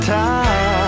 time